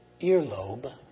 earlobe